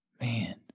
Man